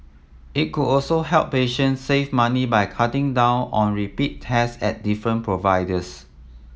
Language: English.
it could also help patients save money by cutting down on repeat tests at different providers